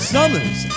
Summers